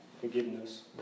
forgiveness